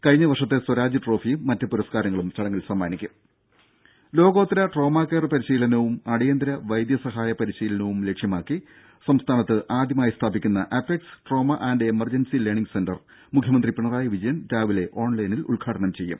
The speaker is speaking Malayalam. കഴിഞ്ഞ വർഷത്തെ സ്വരാജ് ട്രോഫിയും മറ്റ് പുരസ്കാരങ്ങളും ചടങ്ങിൽ സമ്മാനിക്കും ദേദ ലോകോത്തര ട്രോമാകെയർ പരിശീലനവും അടിയന്തര വൈദ്യസഹായ പരിശീലനവും ലക്ഷ്യമാക്കി സംസ്ഥാനത്ത് ആദ്യമായി സ്ഥാപിക്കുന്ന apex trauma and emergency learning centre മുഖ്യമന്ത്രി പിണറായി വിജയൻ ഇന്ന് ഓൺലൈനിൽ ഉദ്ഘാടനം ചെയ്യും